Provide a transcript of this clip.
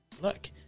look